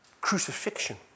crucifixion